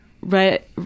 right